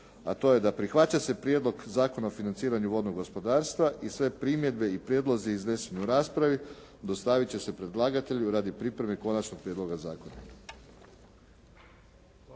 a to je da prihvaća se Prijedlog zakona o financiranju vodnog gospodarstva i sve primjedbe i prijedlozi izneseni u raspravi dostavit će se predlagatelju radi pripreme konačnog prijedloga zakona.